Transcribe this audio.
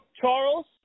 Charles